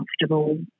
comfortable